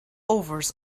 overs